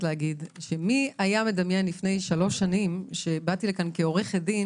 מי היה מדמיין לפני כשלוש שנים כשבאתי לכאן כעורכת דין